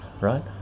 right